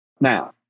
Now